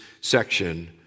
section